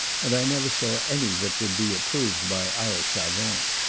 and i never saw any that would be approved by our savants.